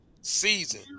season